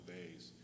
days